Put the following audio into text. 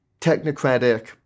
technocratic